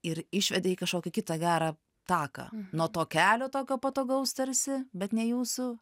ir išvedė į kažkokį kitą gerą taką nuo to kelio tokio patogaus tarsi bet ne jūsų